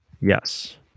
Yes